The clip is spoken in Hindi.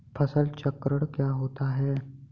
फसल चक्रण क्या होता है?